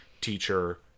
teacher